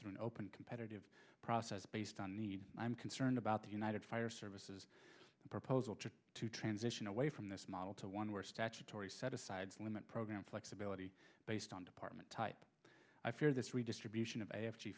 through an open competitive process based on need i'm concerned about the united fire services proposal to transition away from this model to one where statutory set asides limit program flexibility based on department type i fear this redistribution